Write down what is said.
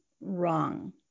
wrong